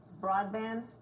broadband